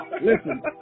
Listen